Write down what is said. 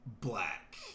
black